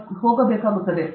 ಹೀಗಾಗಿ ಕೆಲವು ಹೀಟರ್ಗೆ ಇದು 0